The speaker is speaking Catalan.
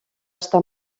estar